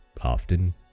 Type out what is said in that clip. often